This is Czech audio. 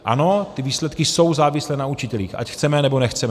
Ano, ty výsledky jsou závislé na učitelích, ať chceme, nebo nechceme.